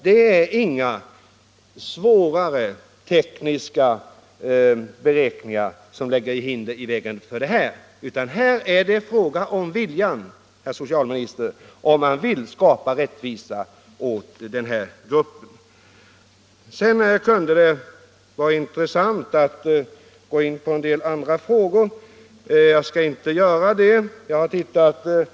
Det är inga svårare tekniska beräkningar som lägger hinder i vägen för den här reformen, utan frågan är om man vill skapa rättvisa åt denna grupp. Det skulle också vara intressant att gå in på flera andra frågor, men jag skall endast göra en kommentar till en annan av reservationerna.